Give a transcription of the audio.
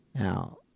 now